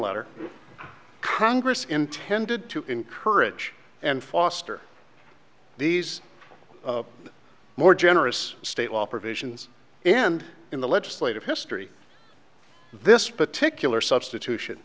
letter congress intended to encourage and foster these more generous state law provisions and in the legislative history this particular substitution